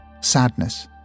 sadness